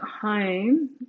home